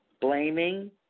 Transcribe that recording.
Blaming